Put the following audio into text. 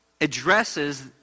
addresses